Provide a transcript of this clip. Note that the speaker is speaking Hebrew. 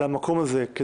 למקום הזה.